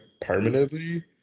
permanently